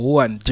one